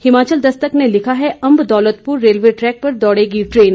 हिमाचल दस्तक ने लिखा है अंब दौलतपुर रेलवे ट्रैक पर दौड़ेगी ट्रेन